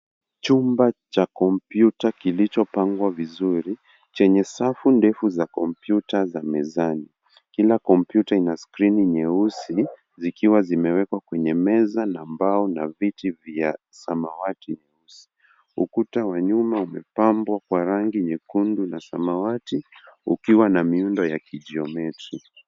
Chumba cha kompyuta kilicho pangwa vizuri chenye safu ndefu za kompyuta za mezani. Kila kompyuta ina skrini nyeusi zikiwa zimewekwa kwenye meza na mbao na viti vya samawati. Ukuta wa nyuma umepambwa kwa rangi nyekundu na samawati ukiwa na muundo ya kichometri.